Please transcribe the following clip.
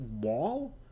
wall